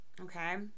okay